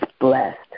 blessed